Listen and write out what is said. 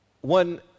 One